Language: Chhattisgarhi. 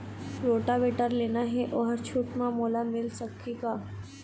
रोटावेटर लेना हे ओहर छूट म मोला मिल सकही का?